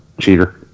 Cheater